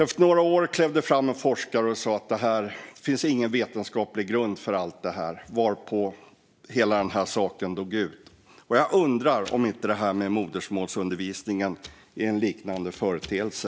Efter några år klev en forskare fram och sa att det inte fanns någon vetenskaplig grund för allt detta, varpå hela saken dog ut. Jag undrar om inte det här med modersmålsundervisning är en liknande företeelse.